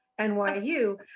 NYU